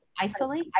Isolate